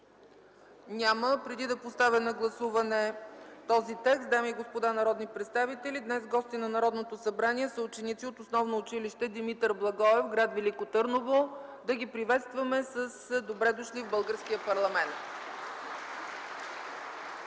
Няма. Преди да поставя на гласуване този текст, дами и господа народни представители, днес гости на Народното събрание са ученици от Основно училище „Димитър Благоев” – гр. Велико Търново. Да ги приветстваме с „Добре дошли в българския парламент!”